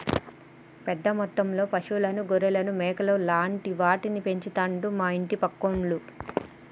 పెద్ద మొత్తంలో పశువులను గొర్రెలను మేకలు లాంటి వాటిని పెంచుతండు మా ఇంటి పక్కోళ్లు